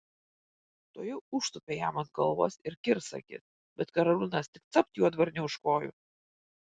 tuojau užtūpė jam ant galvos ir kirs akis bet karaliūnas tik capt juodvarnį už kojų